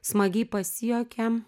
smagiai pasijuokėm